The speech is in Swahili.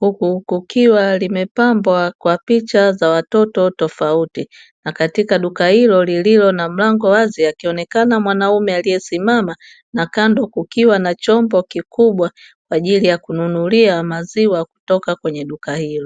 huku likiwa limepambwa kwa picha za watoto tofauti, na katika duka hilo lililo wazi akionekana mwanaume aliyesimama, na kando kukiwa na chombo kikubwa kwa ajili ya kununulia maziwa kutoka kwenye duka hilo.